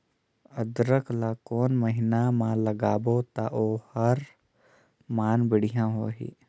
अदरक ला कोन महीना मा लगाबो ता ओहार मान बेडिया होही?